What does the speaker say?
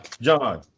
John